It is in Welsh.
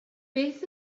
beth